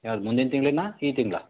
ಯಾವ್ದು ಮುಂದಿನ ತಿಂಗ್ಳಿಗಾ ಈ ತಿಂಗ್ಳ